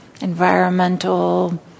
environmental